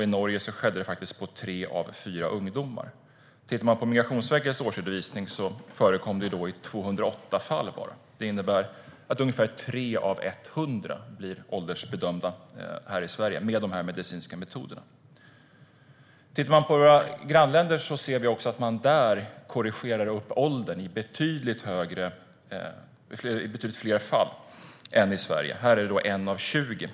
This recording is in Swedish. I Norge skedde det faktiskt på tre av fyra ungdomar. I Migrationsverkets årsredovisning ser vi att det förekom endast i 208 fall, vilket innebär att ungefär 3 av 100 blir åldersbedömda här i Sverige med medicinska metoder. Tittar vi på våra grannländer ser vi också att man där korrigerar upp åldern i betydligt fler fall än vad vi gör i Sverige. Här är det 1 av 20.